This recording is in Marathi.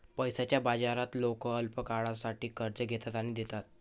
पैशाच्या बाजारात लोक अल्पकाळासाठी कर्ज घेतात आणि देतात